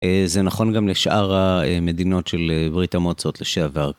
זה נכון גם לשאר המדינות של ברית המוצאות לשעבר.